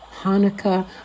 hanukkah